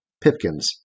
Pipkins